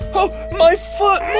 oh, my foot!